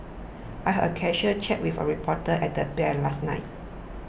I had a casual chat with a reporter at the bar at last night